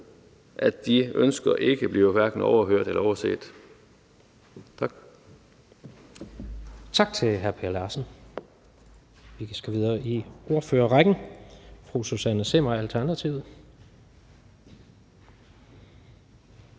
at de ønsker hverken bliver overhørt eller overset. Tak.